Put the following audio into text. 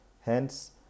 Hence